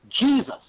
Jesus